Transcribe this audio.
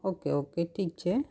okay okay ઠીક છે